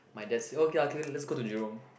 my dad say oh okay K let's go to Jurong